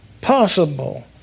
possible